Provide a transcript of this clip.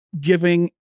giving